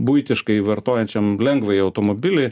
buitiškai vartojančiam lengvąjį automobilį